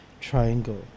Triangle